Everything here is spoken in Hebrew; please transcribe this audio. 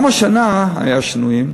גם השנה היו שינויים,